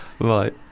Right